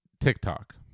TikTok